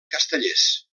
castellers